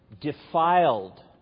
defiled